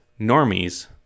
normies